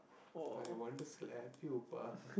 I want to slap you pa